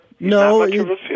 No